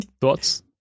thoughts